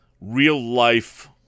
real-life